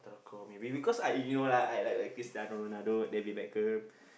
Sepak-Takraw maybe because I you know lah I like like Cristiano-Ronaldo David-Beckham